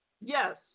Yes